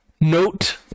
note